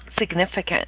significant